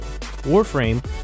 Warframe